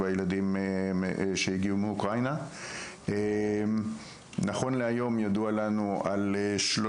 משרד החינוך אמון על האולפנים?